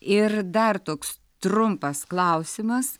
ir dar toks trumpas klausimas